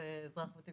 גם אזרח ותיק ושארים.